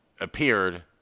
appeared